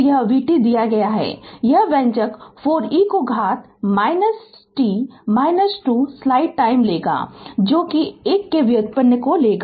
यह vt दिया गया है यह व्यंजक 4 e को घात t 2स्लाइड टाइम लेगा जो इस एक के व्युत्पन्न को लेंगा